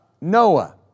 Noah